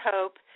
Hope